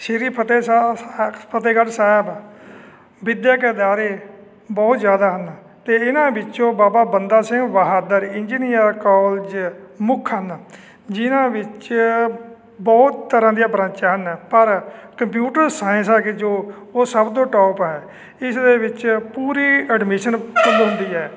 ਸ਼੍ਰੀ ਫਤਿਹ ਸਾਬ ਫਤਿਹਗੜ੍ਹ ਸਾਹਿਬ ਵਿੱਦਿਅਕ ਅਦਾਰੇ ਬਹੁਤ ਜ਼ਿਆਦਾ ਹਨ ਅਤੇ ਇਹਨਾਂ ਵਿੱਚੋਂ ਬਾਬਾ ਬੰਦਾ ਸਿੰਘ ਬਹਾਦਰ ਇੰਜੀਨੀਅਰ ਕੋਲਜ ਮੁੱਖ ਹਨ ਜਿਨ੍ਹਾਂ ਵਿੱਚ ਬਹੁਤ ਤਰ੍ਹਾਂ ਦੀਆਂ ਬਰਾਂਚਾਂ ਹਨ ਪਰ ਕੰਪਿਊਟਰ ਸਾਇੰਸ ਆ ਕਿ ਜੋ ਉਹ ਸਭ ਤੋਂ ਟੋਪ ਹੈ ਇਸ ਦੇ ਵਿੱਚ ਪੂਰੀ ਐਡਮਿਸ਼ਨ ਹੁੰਦੀ ਹੈ